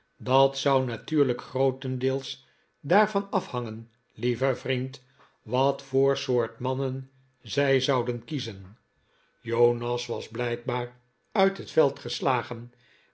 dat zou natuurlijk grootendeels daarvan afhangen lieve vriend wat voor soort mannen zij zouden kiezen jonas was blijkbaar uit het veld geslagen